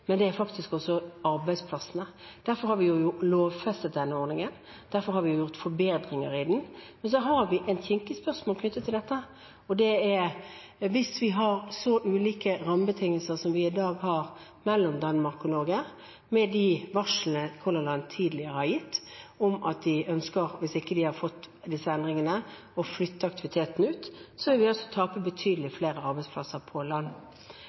men det er faktisk også arbeidsplassene. Derfor har vi lovfestet denne ordningen. Derfor har vi gjort forbedringer i den. Men så har vi et kinkig spørsmål knyttet til dette, og det er: Når vi har så ulike rammebetingelser som vi i dag har mellom Danmark og Norge, ville vi da tapt betydelig flere arbeidsplasser på land med de varslene Color Line tidligere har gitt om at de ønsker å flytte aktiviteten ut hvis de ikke hadde fått disse endringene?